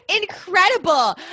Incredible